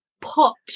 pot